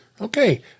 Okay